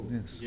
Yes